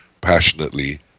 passionately